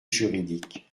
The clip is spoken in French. juridique